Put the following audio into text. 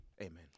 Amen